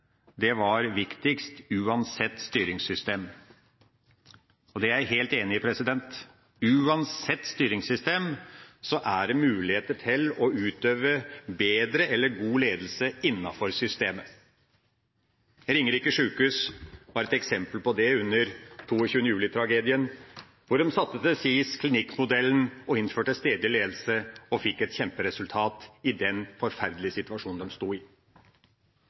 ledelse var viktigst uansett styringssystem. Det er jeg helt enig i. Uansett styringssystem er det mulig å utøve bedre eller god ledelse innenfor systemet. Ringerike sykehus var et eksempel på det under 22. juli-tragedien, da de satte til side klinikkmodellen og innførte stedlig ledelse og fikk et kjemperesultat i den forferdelige situasjonen de sto i.